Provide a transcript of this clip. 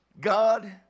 God